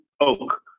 oak